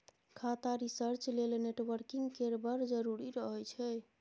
खाता रिसर्च लेल नेटवर्किंग केर बड़ जरुरी रहय छै